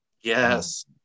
yes